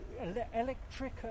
electric